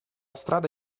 strada